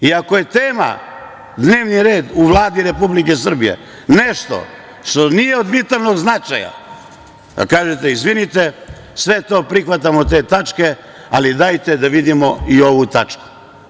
Ako je tema dnevni red u Vladi Republike Srbije, nešto što nije od bitnog značaja, da kažete – izvinite, sve to prihvatamo, te tačke, ali dajte da vidimo i ovu tačku.